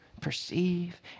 Perceive